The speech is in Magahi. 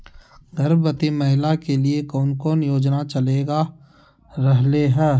गर्भवती महिला के लिए कौन कौन योजना चलेगा रहले है?